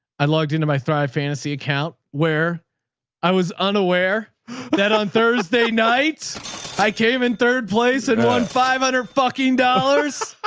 i logged into my thrive fantasy account where i was unaware that on thursday nights i came in third place and won five hundred fucking dollars.